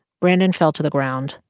brandon fell to the ground,